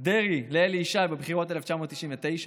דרעי לאלי ישי בבחירות 1999,